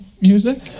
music